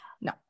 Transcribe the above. no